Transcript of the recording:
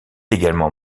également